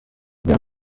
wer